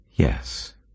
Yes